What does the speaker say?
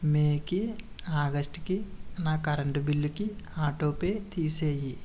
మేకి ఆగస్ట్కి నా కరెంటు బిల్లుకి ఆటో పే తీసేయి